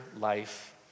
life